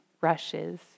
rushes